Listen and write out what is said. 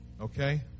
Okay